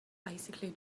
basically